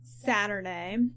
Saturday